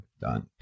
done